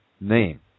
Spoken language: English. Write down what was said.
name